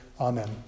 Amen